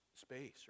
space